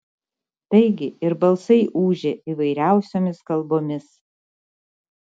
taigi ir balsai ūžė įvairiausiomis kalbomis